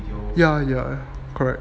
ya ya correct